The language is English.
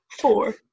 four